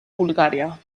bulgària